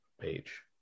page